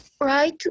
right